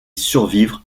survivre